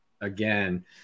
again